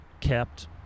kept